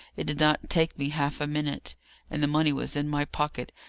it did not take me half a minute and the money was in my pocket,